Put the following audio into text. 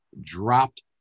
dropped